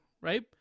right